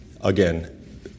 again